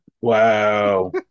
Wow